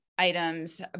items